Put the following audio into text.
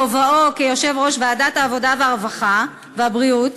בכובעו כיושב-ראש ועדת העבודה, הרווחה והבריאות,